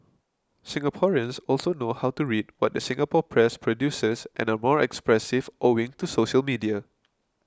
Singaporeans also know how to read what the Singapore press produces and are more expressive owing to social media